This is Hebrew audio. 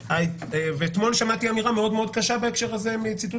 אתמול שמעתי אמירה מאוד מאוד קשה בהקשר הזה מציטוט